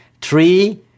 Three